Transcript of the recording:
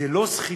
זו לא סחיטה?